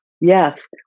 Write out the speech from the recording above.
yes